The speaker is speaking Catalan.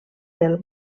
del